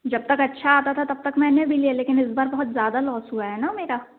जब तक अच्छा आता था तब तक मैंने भी लिया लेकिन इस बार बहुत ज़्यादा लॉस हुआ है ना मेरा